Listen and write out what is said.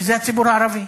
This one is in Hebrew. שזה הציבור הערבי.